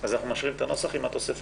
אז אנחנו משאירים את הנוסח עם התוספת.